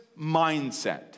mindset